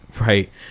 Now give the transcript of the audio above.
right